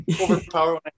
overpower